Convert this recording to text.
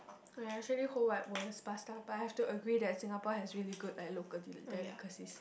ah ya actually whole wide world is pasta but I have to agree that Singapore has really good like local deli~ delicacies